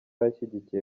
ashyigikiye